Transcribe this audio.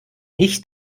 nicht